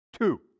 Two